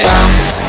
Bounce